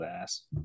ass